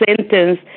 sentence